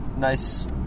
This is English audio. Nice